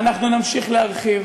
יש כאלה שמרגישים שנקרע חלק מגופם.